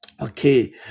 Okay